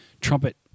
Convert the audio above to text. trumpet